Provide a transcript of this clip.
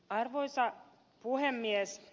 arvoisa puhemies